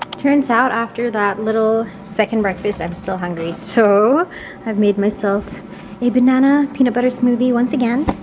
turns out after that little second breakfast i'm still hungry so i've made myself a banana peanut butter smoothie once again